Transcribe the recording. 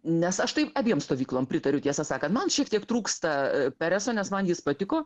nes aš tai abiem stovykloms pritariu tiesą sakant man šiek tiek trūksta pereso nes man jis patiko